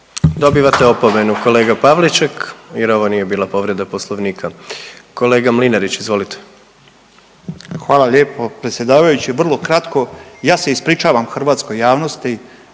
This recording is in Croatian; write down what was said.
Dobivate opomenu kolega Pavliček jer ovo nije bila povreda Poslovnika. Kolega Mlinarić, izvolite. **Mlinarić, Stipo (DP)** Hvala lijepo predsjedavajući. Vrlo kratko, ja se ispričavam hrvatskoj javnosti